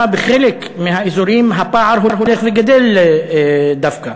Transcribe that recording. בחלק מהאזורים הפער הולך וגדל דווקא.